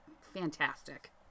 fantastic